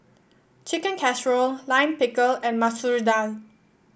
Chicken Casserole Lime Pickle and Masoor Dal